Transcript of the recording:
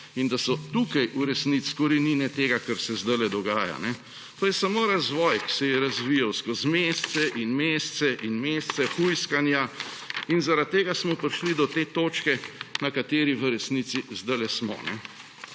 in da so tukaj v resnici korenine tega, kar se zdaj dogaja. To je samo razvoj, ki se je razvijal skozi mesece in mesece hujskanja in zaradi tega smo prišli do te točke, na kateri v resnici zdaj smo.